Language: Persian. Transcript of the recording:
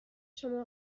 شما